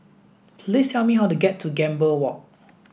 please tell me how to get to Gambir Walk